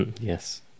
Yes